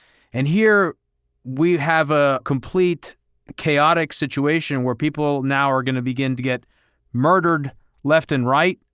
and here we have a complete chaotic situation, where people now are going to begin to get murdered left and right.